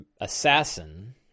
assassin